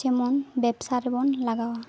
ᱡᱮᱢᱚᱱ ᱵᱮᱵᱽᱥᱟ ᱨᱮᱵᱚᱱ ᱞᱟᱜᱟᱣᱟ